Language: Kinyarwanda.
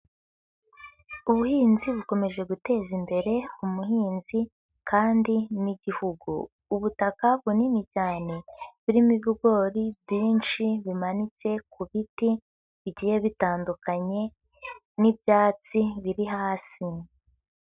Ubuhinzi bukomeje guteza imbere umuhinzi kandi n'Igihugu, ubutaka bunini cyane burimo ibigori byinshi bimanitse ku biti bigiye bitandukanye n'ibyatsi biri hasi.